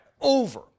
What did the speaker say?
over